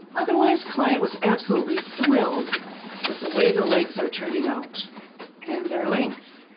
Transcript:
otherwise client was absolutely thrilled with the way the legs are turning out and their length,